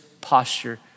posture